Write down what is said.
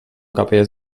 capelles